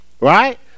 Right